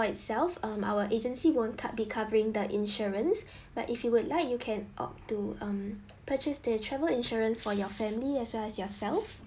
itself um our agency won't cov~ be covering the insurance but if you would like you can opt to um purchase the travel insurance for your family as well as yourself